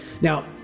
Now